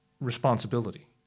responsibility